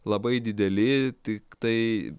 labai dideli tik tai